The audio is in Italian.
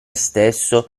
stesso